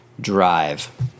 drive